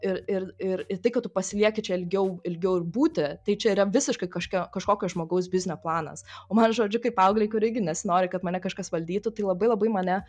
ir ir ir ir tai kad tu pasilieki čia ilgiau ilgiau ir būti tai čia yra visiškai kažkokia kažkokio žmogaus biznio planas o man žodžiu kaip paauglei kur irgi nesinori kad mane kažkas valdytų tai labai labai mane